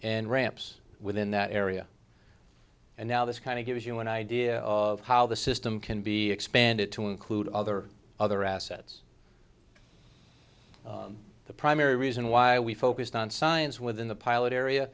and ramps within that area and now this kind of gives you an idea of how the system can be expanded to include other other assets the primary reason why we focused on science within the pilot area